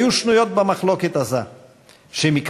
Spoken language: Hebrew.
גנדי,